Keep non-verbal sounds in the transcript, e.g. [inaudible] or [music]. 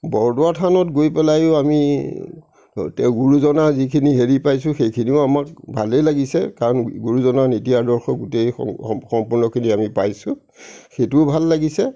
বৰদোৱা থানত গৈ পেলাইয়ো আমি [unintelligible] গুৰুজনাৰ যিখিনি হেৰি পাইছো সেইখিনিয়ো আমাৰ ভালেই লাগিছে কাৰণ গুৰুজনাৰ নীতি আদৰ্শ গোটেই সম্পৰ্ণখিনি আমি পাইছোঁ সেইটোও ভাল লাগিছে